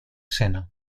sena